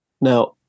Now